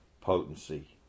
potency